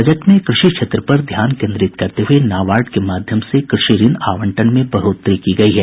budget में कृषि क्षेत्र पर ध्यान केन्द्रित करते हये नाबार्ड के माध्यम से कृषि ऋण आवंटन में बढ़ोतरी की गयी है